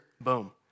boom